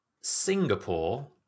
Singapore